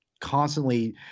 constantly